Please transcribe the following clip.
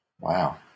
Wow